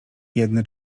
jedne